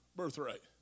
birthright